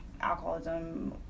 alcoholism